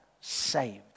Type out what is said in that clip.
saved